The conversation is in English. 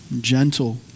gentle